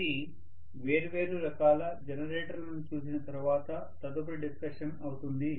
ఇది వేర్వేరు రకాల జనరేటర్లను చూసిన తరువాత తదుపరి డిస్కషన్ అవుతుంది